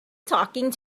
talking